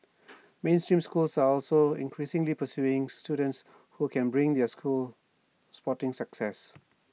mainstream schools are also increasingly pursuing students who can bring their schools sporting success